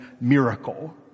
miracle